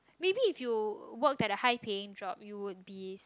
maybe if you work at a high paying job you would be